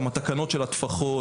גם התקנות של הטפחות,